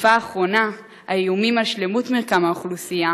בתקופה האחרונה, האיומים על שלמות מרקם האוכלוסייה